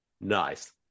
nice